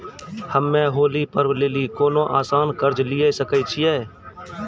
हम्मय होली पर्व लेली कोनो आसान कर्ज लिये सकय छियै?